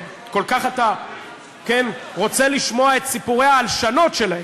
אם כל כך אתה רוצה לשמוע את סיפורי ההלשנות שלהם,